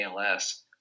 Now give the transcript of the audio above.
ALS